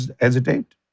hesitate